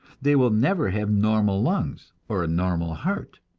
they will never have normal lungs or a normal heart.